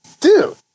dude